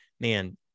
man